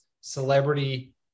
celebrity